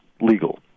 legal